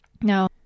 Now